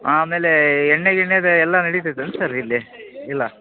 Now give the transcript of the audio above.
ಆಮೇಲೇ ಎಣ್ಣೆ ಗಿಣ್ಣೆದು ಎಲ್ಲ ನಡಿತೈತ್ ಏನು ಸರ್ ಇಲ್ಲಿ ಇಲ್ಲ